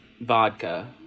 vodka